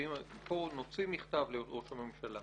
שיושבים פה נוציא מכתב לראש הממשלה